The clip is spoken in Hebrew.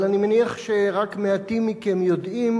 אבל אני מניח שרק מעטים מכם יודעים